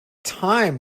time